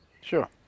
Sure